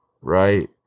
right